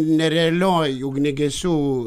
nerealioje ugniagesių